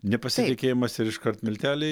nepasitikėjimas ir iškart milteliai